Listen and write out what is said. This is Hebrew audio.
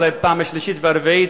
אולי בפעם השלישית והרביעית,